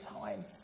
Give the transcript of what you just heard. time